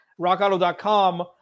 RockAuto.com